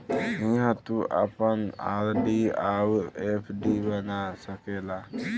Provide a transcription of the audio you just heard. इहाँ तू आपन आर.डी अउर एफ.डी बना सकेला